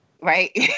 Right